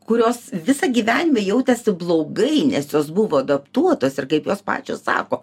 kurios visą gyvenime jautėsi blogai nes jos buvo adaptuotos ir kaip jos pačios sako